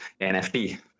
NFT